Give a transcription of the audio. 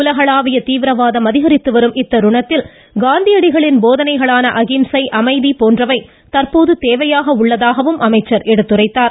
உலகளாவிய தீவிரவாதம் அதிகரித்து வரும் இத்தருணத்தில் காந்தியடிகளின் போதனைகளான அஹிம்சை அமைதி போன்றவை தற்போது தேவையாக உள்ளது என்றும் அவர் எடுத்துரைத்தார்